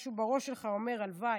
משהו בראש שלך אומר: הלוואי,